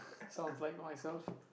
sounds like myself